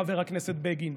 חבר הכנסת בגין,